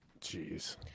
Jeez